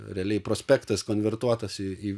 realiai prospektas konvertuotas į į